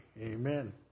Amen